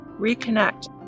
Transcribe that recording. reconnect